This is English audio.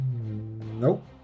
Nope